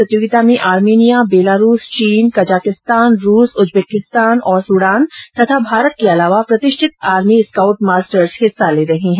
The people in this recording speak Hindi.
प्रतियोगिता में आर्मेनिया बेलारूस चीन कजाकिस्तान रूस उज्बेकिस्तान और सूडान भारत के अलावा प्रतिष्ठित आर्मी स्काउट मास्टर्स हिस्सा ले रहे हैं